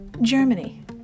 Germany